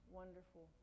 wonderful